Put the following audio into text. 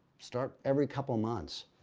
start every couple of months.